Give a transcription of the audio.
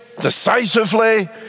decisively